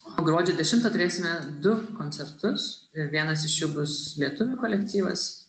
o gruodžio dešimtą turėsime du koncertus ir vienas iš jų bus lietuvių kolektyvas